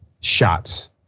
shots